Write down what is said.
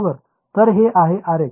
तर हे आहे Rx होय